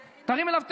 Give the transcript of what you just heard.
תרים אליו טלפון,